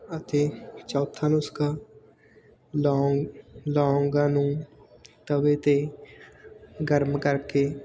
ਅਤੇ ਚੌਥਾ ਨੁਸਖਾ ਲੌਂਗ ਲੌਂਗਾਂ ਨੂੰ ਤਵੇ 'ਤੇ ਗਰਮ ਕਰਕੇ